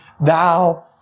thou